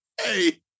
hey